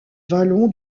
vallon